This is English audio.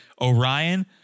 Orion